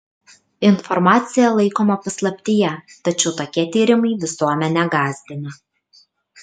informacija laikoma paslaptyje tačiau tokie tyrimai visuomenę gąsdina